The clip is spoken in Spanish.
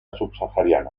subsahariana